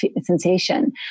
sensation